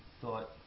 thought